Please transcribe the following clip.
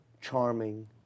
charming